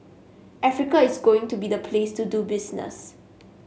Africa is going to be the place to do business